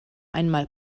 einmal